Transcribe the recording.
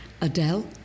Adele